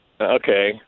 Okay